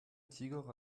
tigor